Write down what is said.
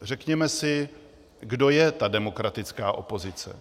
Řekněme si, kdo je ta demokratická opozice.